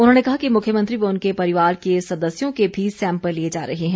उन्होंने कहा कि मुख्यमंत्री व उनके परिवार के सदस्यों के भी सैंपल लिए जा रहे हैं